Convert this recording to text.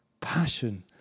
passion